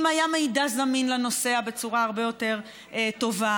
אם היה מידע זמין לנוסע בצורה הרבה יותר טובה,